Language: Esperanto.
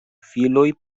filoj